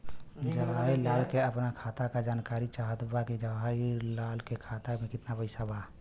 जवाहिर लाल के अपना खाता का जानकारी चाहत बा की जवाहिर लाल के खाता में कितना पैसा बा?